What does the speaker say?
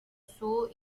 soo